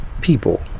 people